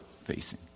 facing